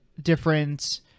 different